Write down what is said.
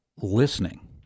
listening